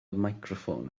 meicroffon